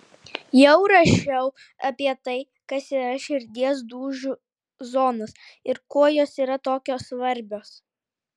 jau rašiau apie tai kas yra širdies dūžių zonos ir kuo jos yra tokios svarbios